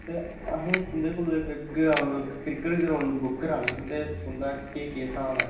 असें तुंदे कोला इक्क क्रिकेट ग्राऊंड बुक करानी ही ते तुंदा केह् केह् स्हाब ऐ